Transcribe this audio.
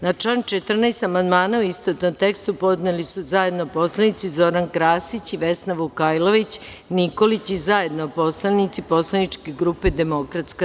Na član 14. amandmane, u istovetnom tekstu, podneli su zajedno poslanici Zoran Krasić i Vesna Vukajlović Nikolić i zajedno poslanici Poslaničke grupe DS.